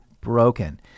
broken